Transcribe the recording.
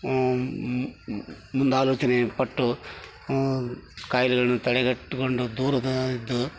ಮುಂದಾಲೋಚನೆ ಪಟ್ಟು ಕಾಯಿಲೆಗಳನ್ನು ತಡೆಗಟ್ಗೊಂಡು ದೂರದದ್ದು